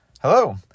Hello